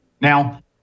Now